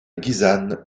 guisane